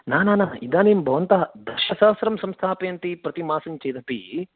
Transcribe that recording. न न न इदानीं भवन्तः दशसहस्रं संस्थापयन्ति प्रतिमासं इति चेदपि